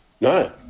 no